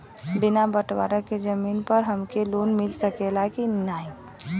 बिना बटवारा के जमीन पर हमके लोन मिल सकेला की ना?